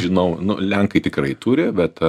žinau nu lenkai tikrai turi bet